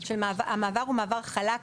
המעבר הוא מעבר חלק.